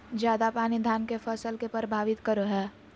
ज्यादा पानी धान के फसल के परभावित करो है?